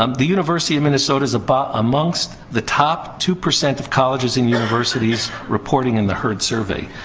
um the university of minnesota's but amongst the top two percent of colleges and universities reporting in the herd survey.